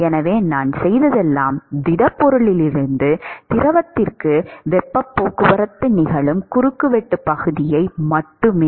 எனவே நான் செய்ததெல்லாம் திடப்பொருளிலிருந்து திரவத்திற்கு வெப்பப் போக்குவரத்து நிகழும் குறுக்குவெட்டுப் பகுதியை மட்டுமே